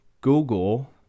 Google